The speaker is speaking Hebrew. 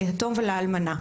ליתום ולאלמנה.